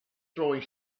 throwing